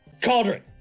cauldron